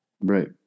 right